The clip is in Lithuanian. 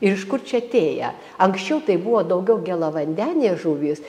ir iš kur čia atėję anksčiau tai buvo daugiau gėlavandenės žuvys